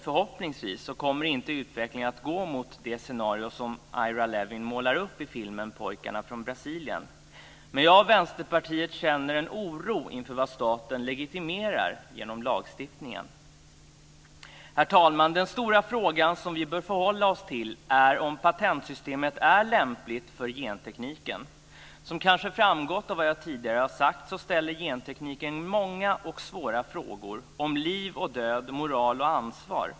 Förhoppningsvis kommer inte utvecklingen att gå mot det scenario som Ira Levin målar upp i filmen Pojkarna från Brasilien. Men jag och Vänsterpartiet känner oro inför vad staten legitimerar genom lagstiftningen. Herr talman! Den stora frågan som vi bör förhålla oss till är om patentsystemet är lämpligt för gentekniken. Som kanske framgått av vad jag tidigare sagt ställer gentekniken många och svåra frågor om liv och död, moral och ansvar.